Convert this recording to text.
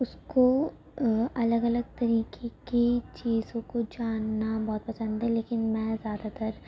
اس کو الگ الگ طریقے کی چیزوں کو جاننا بہت پسند ہے لیکن میں زیادہ تر